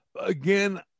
Again